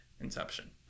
Inception